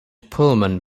pullman